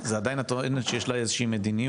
את טוענת שיש לה איזו מדיניות,